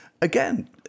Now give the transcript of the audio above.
again